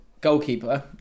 goalkeeper